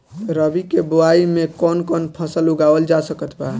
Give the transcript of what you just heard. रबी के बोआई मे कौन कौन फसल उगावल जा सकत बा?